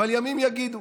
אבל ימים יגידו,